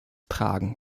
tragen